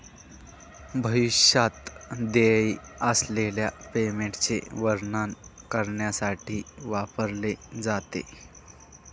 भविष्यात देय असलेल्या पेमेंटचे वर्णन करण्यासाठी वापरले जाते